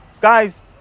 Guys